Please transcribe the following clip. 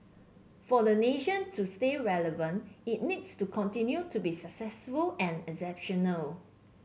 for the nation to stay relevant it needs to continue to be successful and exceptional